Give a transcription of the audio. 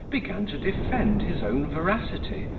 began to defend his own veracity,